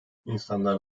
i̇nsanlar